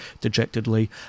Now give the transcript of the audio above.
dejectedly